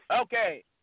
Okay